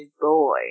boy